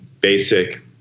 basic